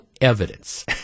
evidence